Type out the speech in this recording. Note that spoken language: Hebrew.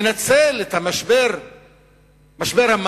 מנצל את משבר המים